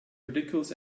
ridiculous